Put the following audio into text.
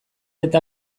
eta